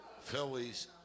Phillies